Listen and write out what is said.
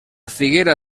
figuera